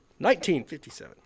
1957